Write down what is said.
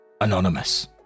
Anonymous